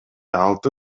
алты